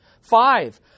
Five